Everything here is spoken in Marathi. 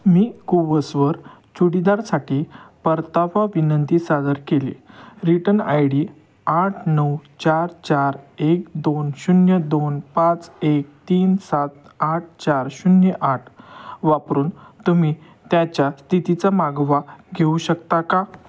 मी कुवसवर चुडीदारसाठी परतावा विनंती सादर केली रिटन आय डी आठ नऊ चार चार एक दोन शून्य दोन पाच एक तीन सात आठ चार शून्य आठ वापरून तुम्ही त्याच्या स्थितीचा मागोवा घेऊ शकता का